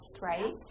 right